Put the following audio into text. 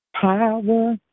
Power